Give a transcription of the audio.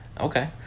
okay